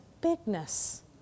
bigness